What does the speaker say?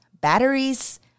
batteries